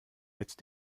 jetzt